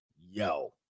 Yo